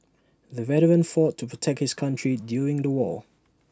the veteran fought to protect his country during the war